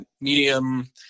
medium